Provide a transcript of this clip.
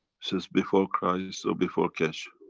says before christ or before keshe?